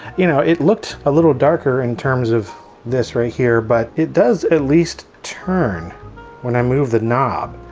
you know, it looked a little darker in terms of this right here. but it does at least turn when i move the knob.